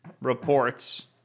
reports